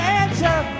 answer